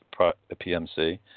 PMC